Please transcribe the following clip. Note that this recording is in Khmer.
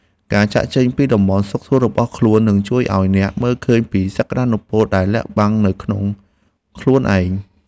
ការចាកចេញពីតំបន់សុខស្រួលរបស់ខ្លួននឹងជួយឱ្យអ្នកមើលឃើញពីសក្តានុពលដែលលាក់កំបាំងនៅក្នុងខ្លួនឯង។